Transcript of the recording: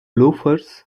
loafers